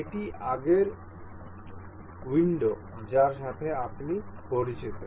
এটি আগের উইন্ডো যার সাথে আপনি পরিচিত